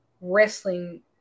wrestling